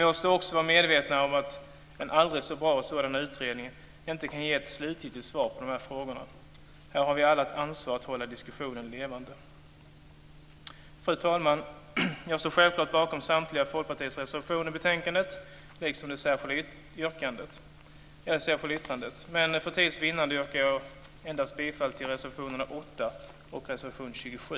Vi måste också vara medvetna om att en aldrig så bra utredning inte kan ge ett slutgiltigt svar på dessa frågor. Här har vi alla ett ansvar att hålla diskussionen levande. Fru talman! Jag står självklart bakom samtliga Folkpartiets reservationer i betänkandet, liksom det särskilda yttrandet. För tids vinnande yrkar jag emellertid endast bifall till reservationerna 8 och 27.